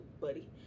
buddy